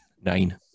Nine